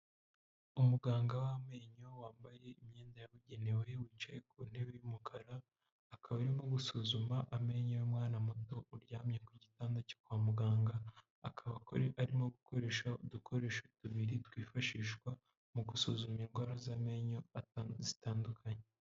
Umuganga w'amenyo wambaye imyenda yabugenewe, wicaye ku ntebe y'umukara, akaba arimo gusuzuma amenyo y'umwana muto uryamye ku gitanda cyo kwa muganga, akaba arimo gukoresha udukoresho tubiri twifashishwa mu gusuzuma indwara z'amenyo zitandukanye.